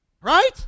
Right